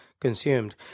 consumed